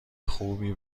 خوبی